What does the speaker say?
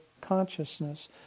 consciousness